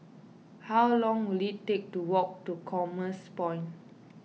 how long will it take to walk to Commerce Point